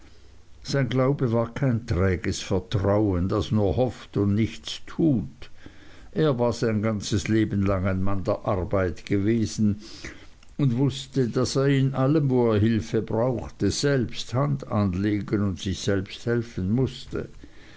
sein glaube war kein träges vertrauen das nur hofft und nichts tut er war sein ganzes leben lang ein mann der arbeit gewesen und wußte daß er in allem wo er hilfe brauchte selbst hand anlegen und sich selbst helfen mußte